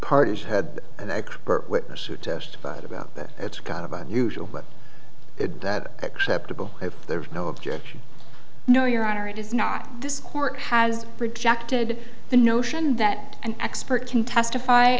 parties had an expert witness who testified about that it's kind of unusual but if that acceptable if there were no objection no your honor it is not this court has rejected the notion that an expert can testify